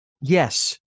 Yes